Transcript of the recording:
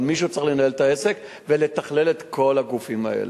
אבל מישהו צריך לנהל את העסק ולתכלל את כל הגופים האלה.